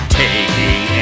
taking